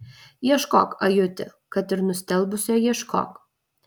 ieškok ajuti kad ir nustelbusio ieškok